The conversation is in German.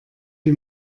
wie